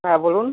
হ্যাঁ বলুন